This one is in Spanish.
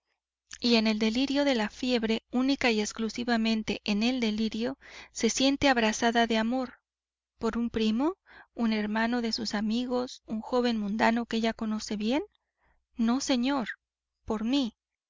y en el delirio de la fiebre única y exclusivamente en el delirio se siente abrasada de amor por un primo un hermano de sus amigos un joven mundano que ella conoce bien no señor por mí